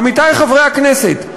עמיתי חברי הכנסת,